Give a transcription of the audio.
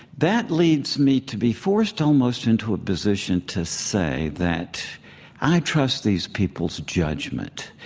that leads me to be forced almost into a position to say that i trust these people's judgment.